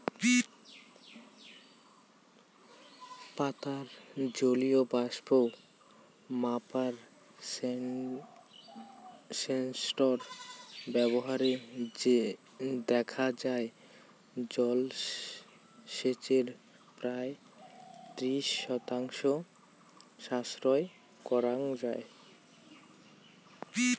পাতার জলীয় বাষ্প মাপার সেন্সর ব্যবহারে দেখা যাই জলসেচের প্রায় ত্রিশ শতাংশ সাশ্রয় করাং যাই